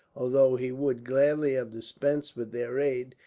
although he would gladly have dispensed with their aid,